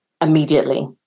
immediately